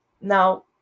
Now